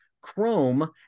chrome